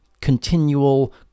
continual